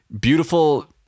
Beautiful